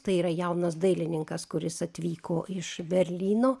tai yra jaunas dailininkas kuris atvyko iš berlyno